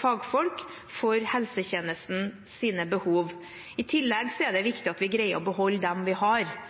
fagfolk for helsetjenestens behov. I tillegg er det